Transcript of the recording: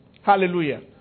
Hallelujah